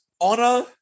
honor